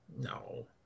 No